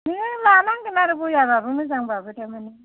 नों लानांगोन आरो बया बाबो मोजां बाबो थारमानि